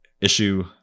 issue